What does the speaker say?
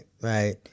right